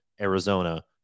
Arizona